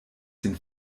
den